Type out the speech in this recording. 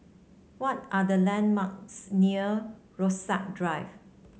what are the landmarks near Rasok Drive